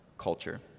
culture